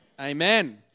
Amen